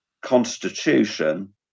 constitution